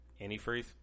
Antifreeze